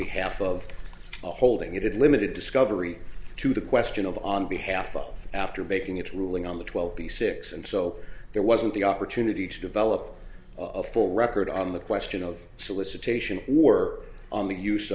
behalf of the holding it had limited discovery to the question of on behalf of after making its ruling on the twelve b six and so there wasn't the opportunity to develop a full record on the question of solicitation or on the use